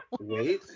Wait